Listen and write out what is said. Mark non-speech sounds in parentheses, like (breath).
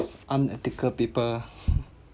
unethical people (breath)